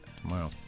tomorrow